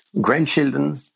grandchildren